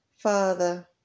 Father